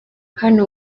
hano